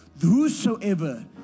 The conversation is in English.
whosoever